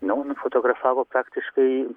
nu nufotografavo faktiškai